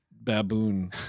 baboon